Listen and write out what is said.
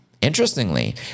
Interestingly